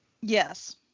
yes